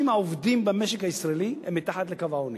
העובדים במשק הישראלי הם מתחת לקו העוני.